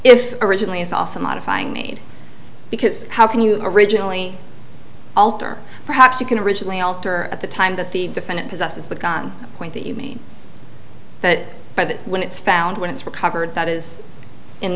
if originally is also modifying made because how can you originally alter perhaps you can originally alter at the time that the defendant possesses the point that you mean that by the when it's found when it's recovered that is in